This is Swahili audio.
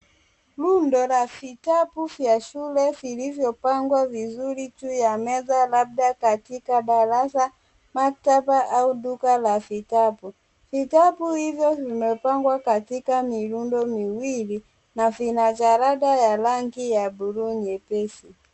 Rundo la vitabu vya shule vilivyopangwa vizuri juu ya meza labda katika darasa, maktaba au duka la vitabu. Vitabu hivyo vimepangwa katika miundo miwili na vina jalada ya rangi ya buluu nyepesi.